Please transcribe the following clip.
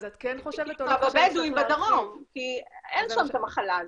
כי בבדואים בדרום אין שם את המחלה הזאת,